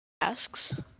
asks